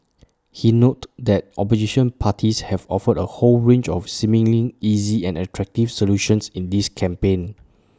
he noted that opposition parties have offered A whole range of seemingly easy and attractive solutions in this campaign